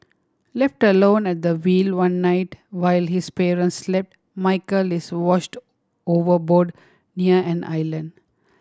left alone at the wheel one night while his parents slept Michael is washed overboard near an island